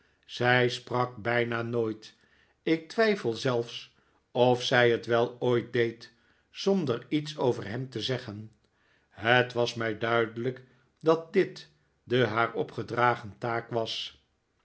zij sprak bijna nooit ik twijfel zelfs of zij het wel ooit deed zonder iets over hem te zeggen het was mij duidelijk dat dit de haar opgedragen taak was